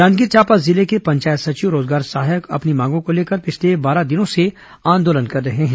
जांजगीर चांपा जिले के पंचायत सचिव और रोजगार सहायक अपनी मांग को लेकर पिछले बारह दिनों से आंदोलन कर रहे हैं